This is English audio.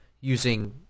using